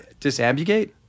Disabugate